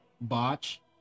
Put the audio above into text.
botch